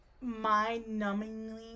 mind-numbingly